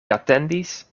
atendis